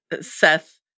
Seth